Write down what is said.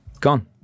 Gone